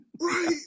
Right